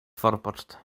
forpoczt